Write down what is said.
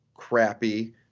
crappy